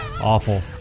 Awful